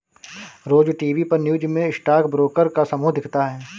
रोज TV पर news में stock broker का समूह दिखता है